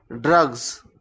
Drugs